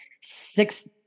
six